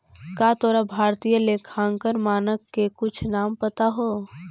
का तोरा भारतीय लेखांकन मानक के कुछ नाम पता हो?